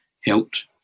helped